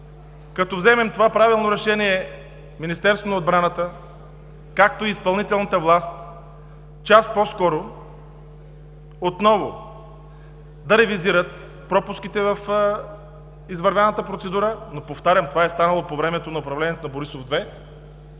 Като вземем правилно решение, Министерството на отбраната, както и изпълнителната власт час по-скоро отново да ревизират пропуските в извървяната процедура, но повтарям: това е станало по времето на управлението на Борисов 2,